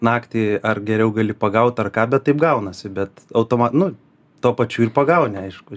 naktį ar geriau gali pagaut ar ką bet taip gaunasi bet automa nu tuo pačiu ir pagauni aišku